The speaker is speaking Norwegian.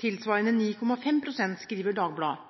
tilsvarende 9,5 pst., skriver Dagbladet.